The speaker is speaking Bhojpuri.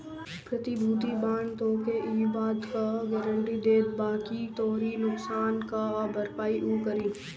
प्रतिभूति बांड तोहके इ बात कअ गारंटी देत बाकि तोहरी नुकसान कअ भरपाई उ करी